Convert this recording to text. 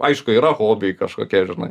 aišku yra hobiai kažkokie žinai